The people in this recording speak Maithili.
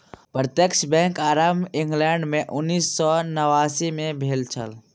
प्रत्यक्ष बैंकक आरम्भ इंग्लैंड मे उन्नैस सौ नवासी मे भेल छल